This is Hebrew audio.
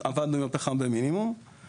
עבדנו עם הפחם במינימום גם